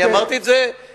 אני אמרתי את זה מספיק,